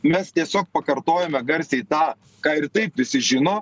mes tiesiog pakartojome garsiai tą ką ir taip visi žino